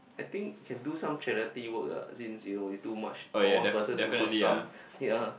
I think can do some charity work ah since you know you too much for one person to consume ya